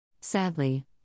Sadly